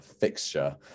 fixture